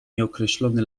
nieokreślony